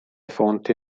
fonti